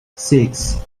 six